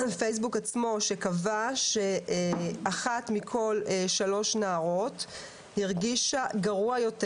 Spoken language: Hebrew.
פייסבוק עצמו שקבע שאחת מכול שלוש נערות הרגישה גרוע יותר